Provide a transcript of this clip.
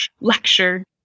lecture